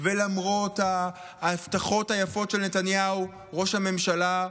ולמרות ההבטחות היפות של נתניהו, ראש הממשלה,